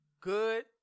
good